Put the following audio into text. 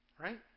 right